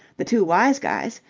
the two wise guys,